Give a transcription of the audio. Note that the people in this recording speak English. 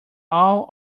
all